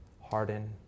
harden